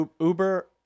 Uber